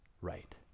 right